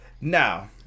now